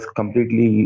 completely